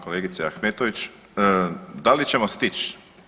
Kolegice Ahmetović da li ćemo stići?